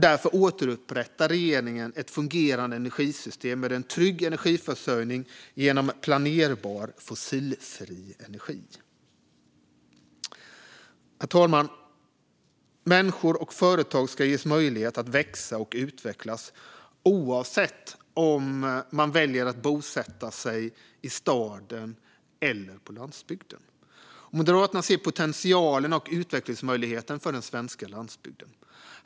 Därför återupprättar regeringen ett fungerande energisystem med en trygg energiförsörjning genom planerbar fossilfri energi. Herr talman! Människor och företag ska ges möjlighet att växa och utvecklas oavsett om de väljer att bosätta sig i staden eller på landsbygden. Moderaterna ser potentialen och utvecklingsmöjligheten för den svenska landsbygden.